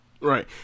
Right